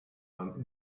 man